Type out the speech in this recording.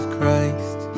Christ